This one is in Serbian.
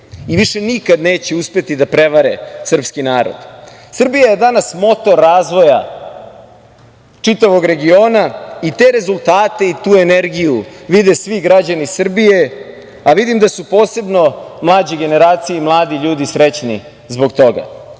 Više nikad neće uspeti da prevare srpski narod. Srbija je danas motor razvoja čitavog regiona i te rezultate i tu energiju vide svi građani Srbije, a vidim da su posebno mlađe generacije i mladi ljudi srećni zbog toga. Hoću